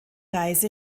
reise